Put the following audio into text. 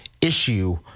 issue